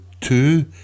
two